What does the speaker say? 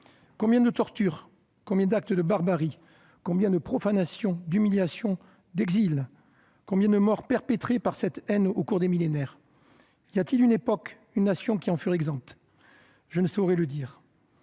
Combien de tortures ? Combien d'actes de barbarie ? Combien de profanations, d'humiliations, d'exils ? Combien de morts ont-elles été perpétrées par cette haine au cours des millénaires ? Y a-t-il une époque, une nation, qui en furent exemptes ? Je ne saurais le dire